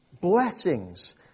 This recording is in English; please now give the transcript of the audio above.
blessings